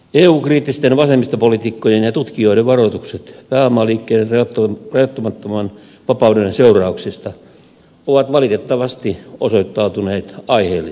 eu kriittisten vasemmistopoliitikkojen ja tutkijoiden varoitukset pääomaliikkeiden rajoittamattoman vapauden seurauksista ovat valitettavasti osoittautuneet aiheellisiksi